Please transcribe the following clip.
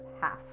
half